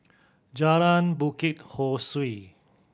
Jalan Bukit Ho Swee